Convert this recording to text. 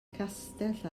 castell